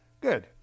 Good